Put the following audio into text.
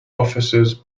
officers